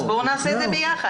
אז בואו נעשה את זה ביחד.